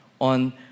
on